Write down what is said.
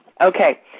Okay